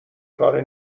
کار